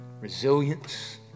resilience